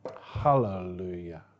Hallelujah